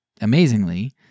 amazingly